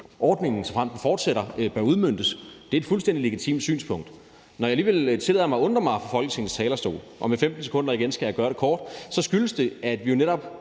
ordningen, såfremt den fortsætter, bør udmøntes. Det er et fuldstændig legitimt synspunkt. Når jeg alligevel tillader mig at undre mig fra Folketingets talerstol – og med 15 sekunder igen skal jeg gøre det kort – skyldes det, at vi jo netop